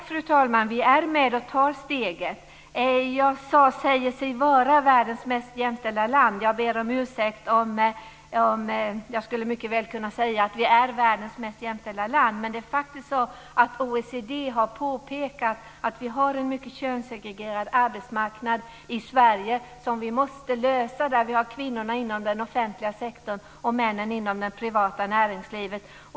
Fru talman! Vi är med och tar steget. Jag sade att Sverige säger sig vara världens mest jämställda land. Jag ber om ursäkt. Jag skulle mycket väl kunna säga att vi är världens mest jämställda land, men det är faktiskt så att OECD har påpekat att vi har en mycket könssegregerad arbetsmarknad i Sverige som vi måste förändra. Vi har kvinnorna inom den offentliga sektorn och männen inom det privata näringslivet.